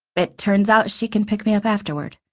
it turns out she can pick me up afterward.